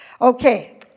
Okay